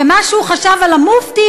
ומה שהוא חשב על המופתי,